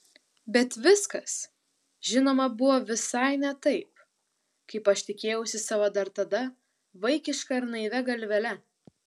bet viskas žinoma buvo visai ne taip kaip aš tikėjausi savo dar tada vaikiška ir naivia galvele